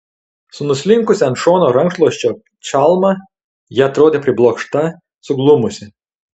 su nuslinkusia ant šono rankšluosčio čalma ji atrodė priblokšta suglumusi